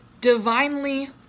divinely